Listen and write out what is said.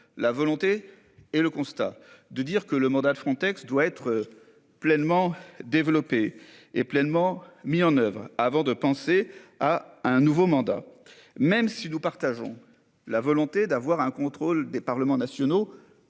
la volonté et le constat de dire que le mandat de Frontex doit être. Pleinement développée et pleinement mis en oeuvre avant de penser à un nouveau mandat. Même si nous partageons la volonté d'avoir un contrôle des Parlements nationaux